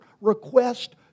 request